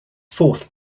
fourth